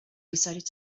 decided